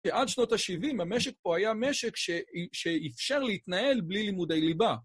ועד שנות ה-70 המשק פה היה משק שאפשר להתנהל בלי לימודי ליבה.